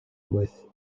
with